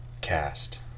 cast